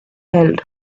held